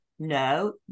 no